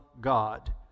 God